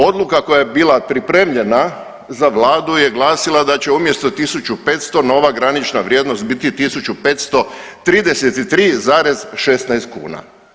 Odluka koja je bila pripremljena za Vladu je glasila da će umjesto 1500, nova granična vrijednost biti 1533,16 kuna.